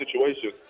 situation